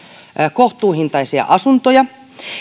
kohtuuhintaisia asuntoja